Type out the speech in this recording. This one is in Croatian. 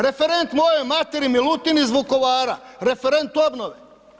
Referent mojoj materi Milutin iz Vukovara, referent obnove.